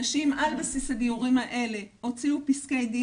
אנשים על בסיס הגיורים האלה הוציאו פסקי דין